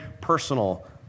personal